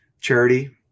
charity